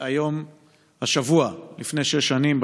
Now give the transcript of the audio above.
השבוע לפני שש שנים,